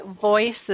voices